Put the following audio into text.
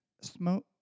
smoke